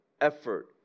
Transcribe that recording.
effort